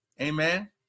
Amen